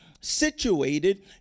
situated